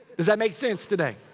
does that make sense today?